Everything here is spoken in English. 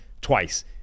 twice